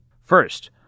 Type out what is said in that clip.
First